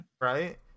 Right